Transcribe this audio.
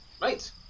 right